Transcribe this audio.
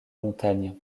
montagnes